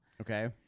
Okay